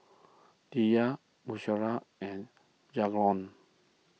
Diya Drusilla and Jalon